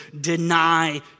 deny